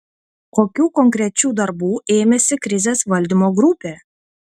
kokių konkrečių darbų ėmėsi krizės valdymo grupė